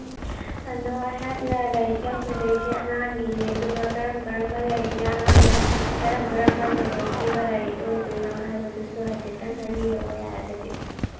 ꯑꯗꯣ ꯑꯩꯍꯥꯛꯅ ꯂꯥꯏꯔꯤꯛ ꯂꯧꯖꯗꯣꯏꯁꯦ ꯑꯉꯥꯡꯒꯤꯅꯤ ꯑꯗꯨꯒ ꯀꯔꯝ ꯀꯔꯝꯕ ꯂꯥꯏꯔꯤꯛꯅ ꯑꯉꯥꯡꯗ ꯀꯔꯝ ꯀꯔꯝꯕ ꯅꯣꯂꯦꯖ ꯄꯤꯕ ꯂꯥꯏꯔꯤꯛ ꯑꯣꯏꯗꯣꯏꯅꯣ ꯍꯥꯏꯕꯗꯨꯁꯨ ꯍꯥꯏꯐꯦꯠꯇꯪ ꯍꯥꯏꯕꯤꯔꯛꯑꯣ ꯌꯥꯔꯒꯗꯤ